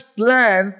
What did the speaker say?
plan